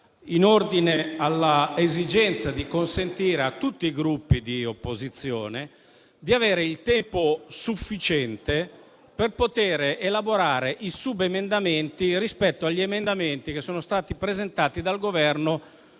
in ordine all'esigenza di consentire a tutti i Gruppi di opposizione di avere il tempo sufficiente per poter elaborare i subemendamenti rispetto agli emendamenti presentati dal Governo